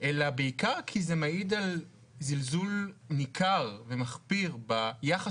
אלא בעיקר כי זה מעיד על זלזול ניכר ומחפיר ביחס